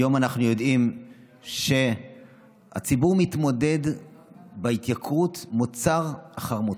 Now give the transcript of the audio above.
היום אנחנו יודעים שהציבור מתמודד בהתייקרות של מוצר אחר מוצר,